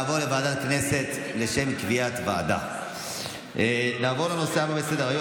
ותעבור להכנתה לקריאה הראשונה לוועדה לביטחון לאומי.